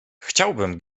chciałbym